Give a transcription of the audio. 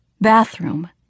bathroom